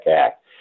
act